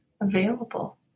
available